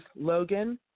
Logan